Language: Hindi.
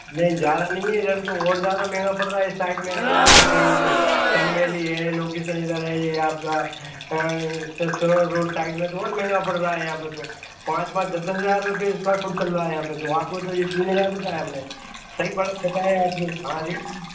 नहीं ज़्यादा नहीं है इधर तो और ज़्यादा महंगा पड़ रहा है इस साइड में अगर आप देखेंगे ये सन वैली है लोकेसन इधर है ये आपका स्वर्ण रोड साइड में तो और महंगा पड़ रहा है यहाँ पर तो पाँच पाँच दस दस हज़ार रुपये इस्क्वायर फुट चल रहा है यहाँ पर तो आपको तो ये तीन हज़ार बताया हम ने सही पड़ बताया आपको हाँ रेट